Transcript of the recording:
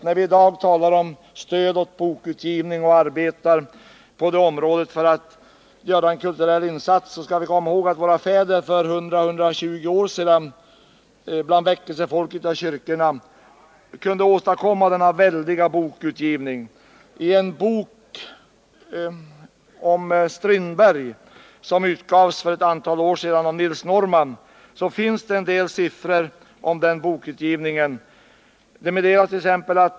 När vi i dag talar om stöd till bokutgivning och arbetar för att på det sättet göra en kulturell insats skall vi komma ihåg att våra fäder för 100 å 120 år sedan bland väckelsefolket och inom kyrkorna kunde åstadkomma en väldig bokutgivning. I en bok om Strindberg som utgavs för ett antal år sedan av Nils Norman finns en del siffror.